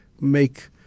make